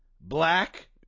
black